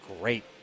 great